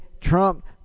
Trump